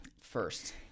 first